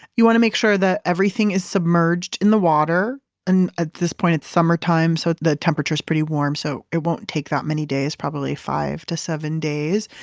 you want to make sure that everything is submerged in the water and at this point it's summertime so the temperature is pretty warm, so it won't take that many days probably five to seven days.